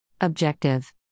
Objective